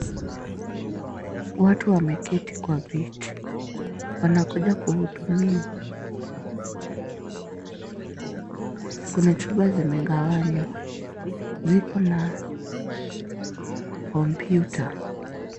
Watu wameketi kwa viti . Wanakuja kuhudumiwa . Kuna chumba zimegawanywa. Ziko na kompyuta.